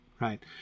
Right